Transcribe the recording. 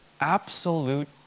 Absolute